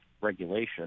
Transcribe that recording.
regulation